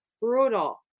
brutal